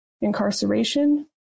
Incarceration